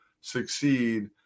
succeed